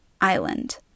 island